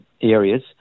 areas